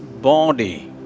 body